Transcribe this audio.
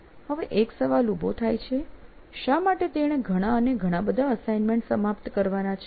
હવે એક સવાલ ઉભો થાય છે શા માટે તેને ઘણા અને ઘણાબધા અસાઈનમેન્ટ સમાપ્ત કરવાના છે